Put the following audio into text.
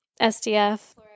SDF